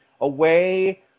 away